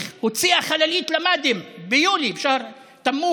בערבית: אתה יודע שלאמירויות אין רק כלכלה,